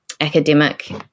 academic